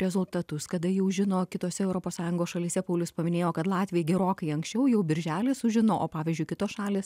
rezultatus kada jau žino kitose europos sąjungos šalyse paulius paminėjo kad latviai gerokai anksčiau jau birželį sužino o pavyzdžiui kitos šalys